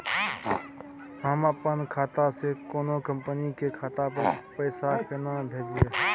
हम अपन खाता से कोनो कंपनी के खाता पर पैसा केना भेजिए?